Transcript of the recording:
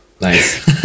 nice